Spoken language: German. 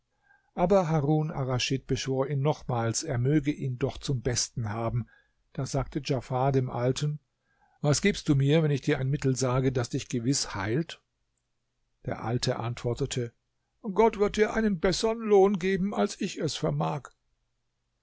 aber harun arraschid beschwor ihn nochmals er möge ihn doch zum besten haben da sagte djafar dem alten was gibst du mir wenn ich dir ein mittel sage das dich gewiß heilt der alte antwortete gott wird dir einen bessern lohn geben als ich es vermag